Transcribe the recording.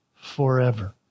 forever